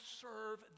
serve